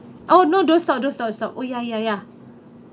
oh no don't stop don't stop stop oh ya ya ya